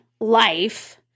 life